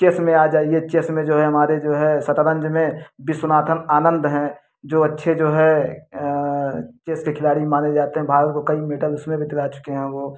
chess में आ जाइए चेस्स में जो है हमारे जो है शतरंज में विश्वनाथन आनंद हैं जो अच्छे जो है चेस्स के खिलाड़ी माने जाते हैं भारत को कई मेडल उसमें भी दिला चुके हैं वो